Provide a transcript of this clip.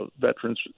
Veterans